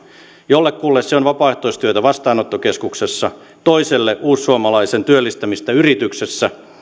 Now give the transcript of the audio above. jollekulle se on vapaaehtoistyötä vastaanottokeskuksessa toiselle uussuomalaisen työllistämistä yrityksessä